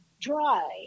dry